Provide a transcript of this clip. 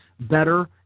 better